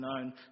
known